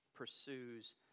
Pursues